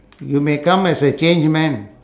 you may come as a changed man